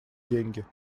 деньги